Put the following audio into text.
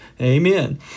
Amen